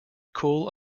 cool